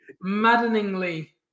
Maddeningly